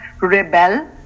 rebel